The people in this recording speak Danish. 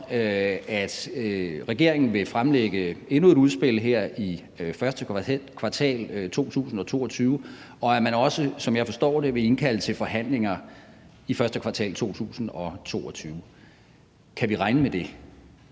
at regeringen vil fremlægge endnu et udspil her i første kvartal af 2022, og at man også, som jeg forstår det, vil indkalde til forhandlinger i første kvartal af 2022. Kan vi regne med det?